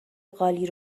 قالی